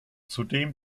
zudem